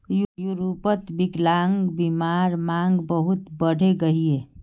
यूरोपोत विक्लान्ग्बीमार मांग बहुत बढ़े गहिये